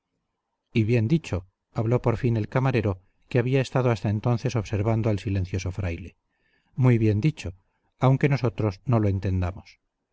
y bien dicho habló por fin el camarero que había estado hasta entonces observando al silencioso fraile muy bien dicho aunque nosotros no lo entendamos